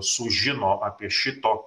sužino apie šito